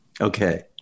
Okay